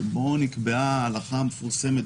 שבו נקבעה בזמנו ההלכה המפורסמת